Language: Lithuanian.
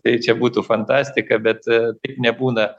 tai čia būtų fantastika bet e taip nebūna